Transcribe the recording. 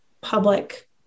public